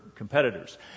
Competitors